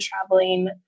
traveling